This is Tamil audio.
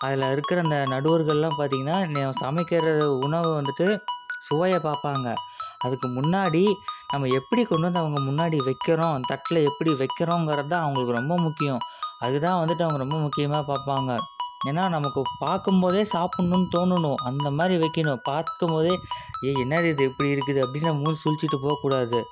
அதில் இருக்கிற இந்த நடுவர்களெலாம் பார்த்திங்கனா சமைக்கிற உணவை வந்துட்டு சுவையை பார்ப்பாங்க அதுக்கு முன்னாடி நம்ம எப்படி கொண்டுவந்து அவங்க முன்னாடி வைக்கிறோம் தட்டில் எப்படி வைக்கிறோங்கிறது தான் அவங்களுக்கு ரொம்ப முக்கியம் அதுக்கு தான் வந்துட்டு அவங்க ரொம்ப முக்கியமாக பார்ப்பாங்க ஏனால் நமக்கு பார்க்கும்போதே சாப்பிட்ணும்னு தோணனும் அந்தமாதிரி வைக்கணும் பார்க்கும்போதே ஏய் என்னது இது இப்படி இருக்குது அப்படினு அவங்க மூஞ்சி சுழிச்சுட்டு போககூடாது